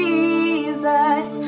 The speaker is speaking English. Jesus